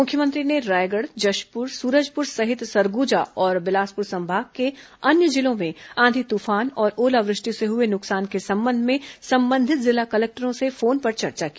मुख्यमंत्री ने रायगढ़ जशपुर सूरजपुर सहित सरगुजा और बिलासपुर संभाग के अन्य जिलों में आंधी तूफान और ओलावृष्टि से हुए नुकसान के संबंध में संबंधित जिला कलेक्टरों से फोन पर चर्चा की